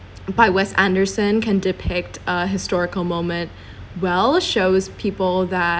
by wes anderson can depict a historical moment well shows people that